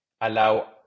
allow